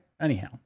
Anyhow